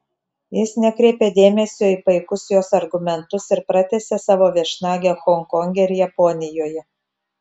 jis nekreipė dėmesio į paikus jos argumentus ir pratęsė savo viešnagę honkonge ir japonijoje